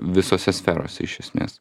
visose sferose iš esmės